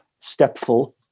stepful